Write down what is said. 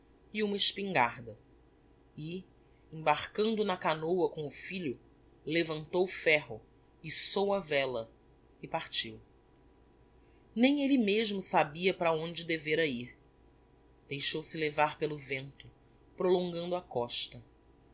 e uma espingarda e embarcando na canôa com o filho levantou ferro içou a vela e partiu nem elle mesmo sabia para onde devera ir deixou-se levar pelo vento prolongando a costa